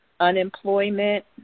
unemployment